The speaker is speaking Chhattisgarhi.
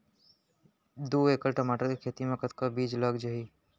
दू एकड़ टमाटर के खेती मा कतका बीजा लग जाही?